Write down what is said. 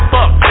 Fuck